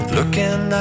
Looking